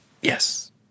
yes